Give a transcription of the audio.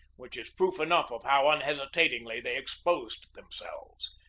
which is proof enough of how unhesitatingly they exposed themselves,